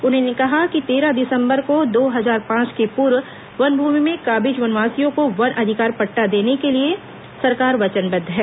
उन्होंने कहा कि तेरह दिसंबर दो हजार पांच के पूर्व वन भूमि में काबिज वनवासियों को वन अधिकार पट्टा देने के लिए सरकार वचनबद्ध है